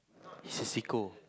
he's a sicko